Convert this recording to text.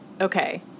Okay